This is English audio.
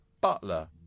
butler